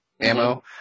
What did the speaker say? ammo